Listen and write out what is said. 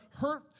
hurt